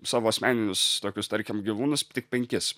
savo asmeninius tokius tarkim gyvūnus tik penkis